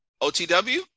otw